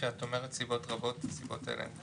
כשאת אומרת "סיבות רבות" הסיבות האלה הן חשובות.